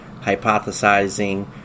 hypothesizing